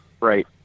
right